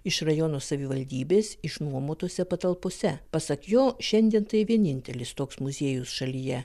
iš rajono savivaldybės išnuomotose patalpose pasak jo šiandien tai vienintelis toks muziejus šalyje